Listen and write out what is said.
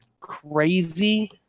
crazy